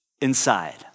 inside